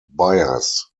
bias